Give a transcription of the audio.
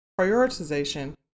prioritization